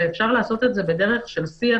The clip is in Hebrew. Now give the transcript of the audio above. ואפשר לעשות את זה בדרך של שיח.